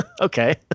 Okay